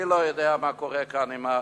אני לא יודע מה קורה כאן עם בית-המשפט.